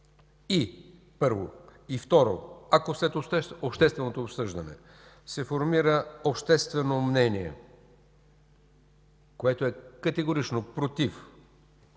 – първо. И второ, ако след общественото обсъждане се формира обществено мнение, което е категорично против